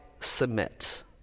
submit